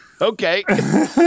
Okay